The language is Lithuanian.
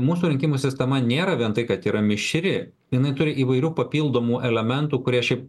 mūsų rinkimų sistema nėra vien tai kad yra mišri jinai turi įvairių papildomų elementų kurie šiaip